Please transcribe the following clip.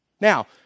Now